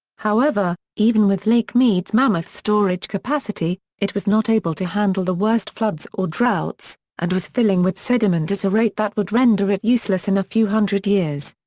however, even with lake mead's mammoth storage capacity, it was not able to handle the worst floods or droughts, and was filling with sediment at a rate that would render it useless in a few hundred years.